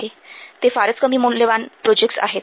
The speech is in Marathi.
ते फारच कमी मूल्यवान प्रोजेक्टस आहेत